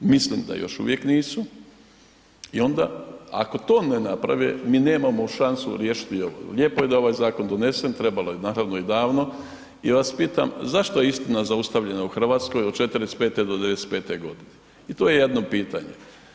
Mislim da još uvijek nisu i onda ako to ne naprave, mi nemamo šansu riješiti… [[Govornik se ne razumije]] Lijepo je da je ovaj zakon donesen, trebalo je, naravno, i davno i ja vas pitam zašto je istina zaustavljena u RH od 45 do 95.g. i to je jedno pitanje.